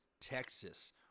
Texas